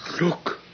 Look